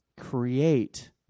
create